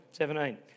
17